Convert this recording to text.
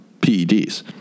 PEDs